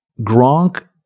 Gronk